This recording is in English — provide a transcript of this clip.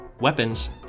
weapons